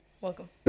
welcome